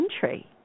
country